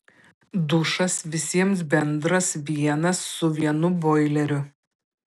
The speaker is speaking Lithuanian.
dušas visiems bendras vienas su vienu boileriu